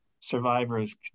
survivors